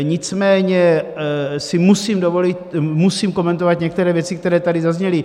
Nicméně si musím dovolit, musím komentovat některé věci, které tady zazněly.